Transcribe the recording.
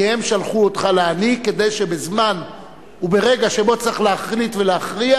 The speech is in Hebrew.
כי הם שלחו אותך להנהיג כדי שבזמן וברגע שבו צריך להחליט ולהכריע,